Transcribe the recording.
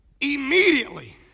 Immediately